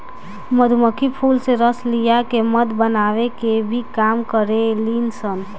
मधुमक्खी फूल से रस लिया के मध बनावे के भी काम करेली सन